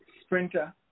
sprinter